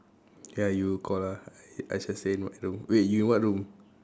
ya you call ah I I just stay in my room wait you in what room